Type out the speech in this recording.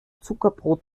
zuckerbrot